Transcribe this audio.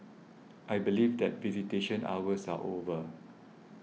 I believe that visitation hours are over